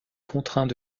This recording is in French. contraints